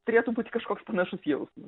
turėtų būti kažkoks panašus jausmas